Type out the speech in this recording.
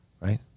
right